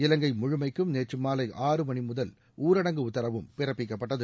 இலங்கை முழுமைக்கும் நேற்று மாலை ஆறு மணி முதல் ஊடரங்கு உத்தரவும் பிறப்பிக்கப்பட்டது